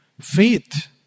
faith